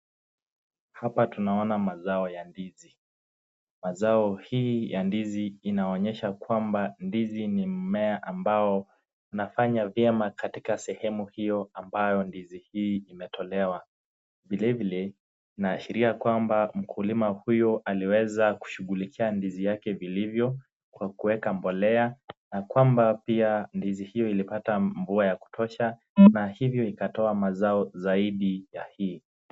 Hapa tunaona mazao ya ndizi. Mazao hii ya ndizi inaonyesha kwamba ndizi ni mmea ambao unafanya vyema katika sehemu hiyo ambayo ndizi hii imetolewa. Vilevile, inaashiria kwamba mkulima huyo aliweza kushughulikia ndizi yake vilivyo kwa kuweka mbolea na kwamba pia ndizi hiyo ilipata mvua ya kutosha na hivyo ikatoa mazao zaidi ya hii.